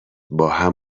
باهم